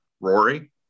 rory